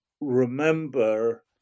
remember